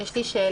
יש לי שאלה,